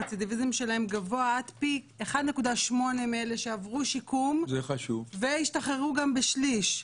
הרצידיביזם שלהם גבוה עד פי 1.8 מאלה שעברו שיקום והשתחררו גם בשליש.